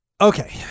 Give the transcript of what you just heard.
Okay